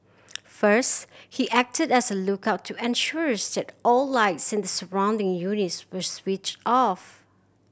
first he acted as a lookout to ensure that all lights in the surrounding units were switched off